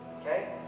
Okay